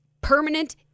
Permanent